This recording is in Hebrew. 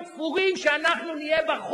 מה צריך מורה נהיגה?